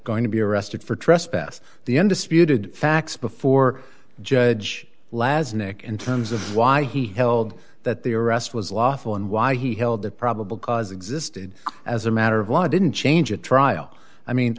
going to be arrested for trespass the undisputed facts before judge laz nick in terms of why he held that the arrest was lawful and why he held that probable cause existed as a matter of law didn't change at trial i mean